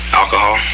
alcohol